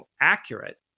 accurate